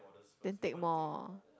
then take more